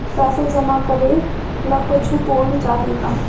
पैसा जमा करे ला कुछु पूर्फ चाहि का?